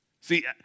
See